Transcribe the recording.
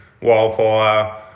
Wildfire